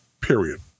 Period